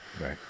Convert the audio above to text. right